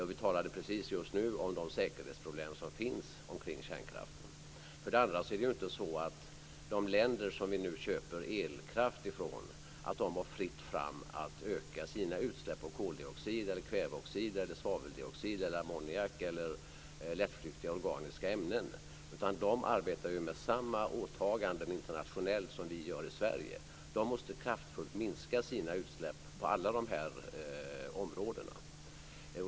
Vi talade precis nu om de säkerhetsproblem som finns kring kärnkraften. För det andra är det inte så att de länder som vi nu köper elkraft ifrån har fritt fram att öka sina utsläpp av koldioxid, kväveoxid, svaveldioxid, ammoniak eller lättflyktiga organiska ämnen, utan de arbetar ju med samma åtaganden internationellt som vi gör i Sverige. De måste kraftfullt minska sina utsläpp på alla dessa områden.